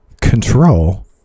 control